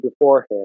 beforehand